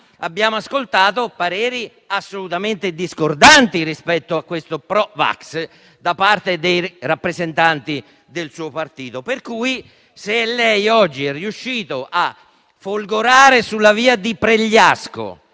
abbiamo ascoltato pareri assolutamente discordanti sui pro vax da parte dei rappresentanti del suo partito. Pertanto, se lei oggi è riuscito a folgorare, sulla via di Pregliasco,